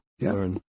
learn